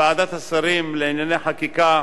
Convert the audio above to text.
ועדת השרים לענייני חקיקה